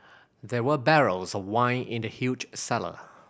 there were barrels of wine in the huge cellar